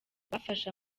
bafashe